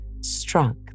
struck